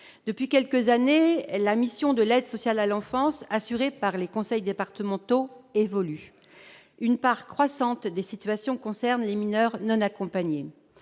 Depuis quelques années, la mission de l'aide sociale à l'enfance assurée par les conseils départementaux évolue. Une part croissante des situations concerne les mineurs non accompagnés.